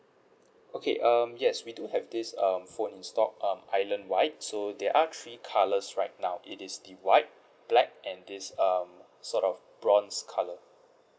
okay um yes we do have this um phone in stock um island wide so there are three colours right now it is the white black and this um sort of bronze colour